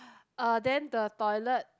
uh then the toilet